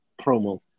Promo